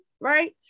right